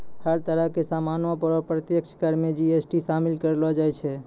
हर तरह के सामानो पर अप्रत्यक्ष कर मे जी.एस.टी शामिल करलो जाय छै